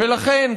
ולכן,